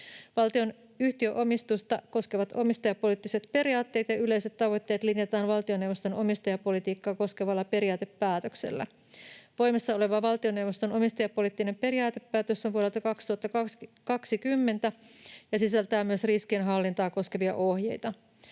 Valtion yhtiöomistusta koskevat omistajapoliittiset periaatteet ja yleiset tavoitteet linjataan valtioneuvoston omistajapolitiikkaa koskevalla periaatepäätöksellä. Voimassa oleva valtioneuvoston omistajapoliittinen periaatepäätös on vuodelta 2020 ja sisältää myös riskinhallintaa koskevia ohjeita.